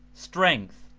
strength,